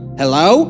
hello